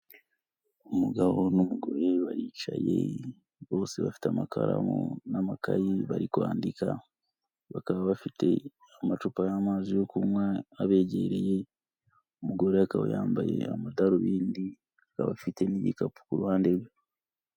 Umugabo n'umugore baricaye bose bafite amakaramu n'amakaye bari kwandika, bakaba bafite amacupa y'amazi yo kunywa abegereye, umugore akaba yambaye amadarubindi afite n'igikapu kuruhande rwe.